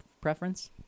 preference